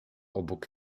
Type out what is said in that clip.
obok